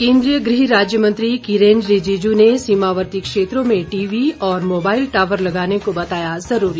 केन्द्रीय गृह राज्य मंत्री किरेन रिजिजू ने सीमावर्ती क्षेत्रों में टीवी व मोबाईल टावर लगाने को बताया ज़रूरी